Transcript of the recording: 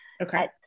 Okay